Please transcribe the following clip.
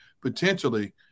potentially